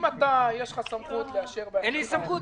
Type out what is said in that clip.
אם אתה יש לך סמכות לאשר --- אין לי סמכות,